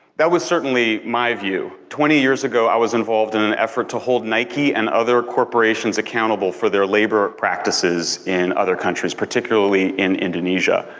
that was certainly my view. twenty years ago i was involved in an effort to hold nike and other corporations accountable for their labor practices in other countries, particularly in indonesia.